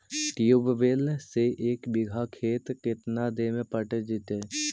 Tubewell से एक बिघा खेत केतना देर में पटैबए जितै?